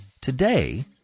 today